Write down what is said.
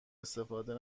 استفاده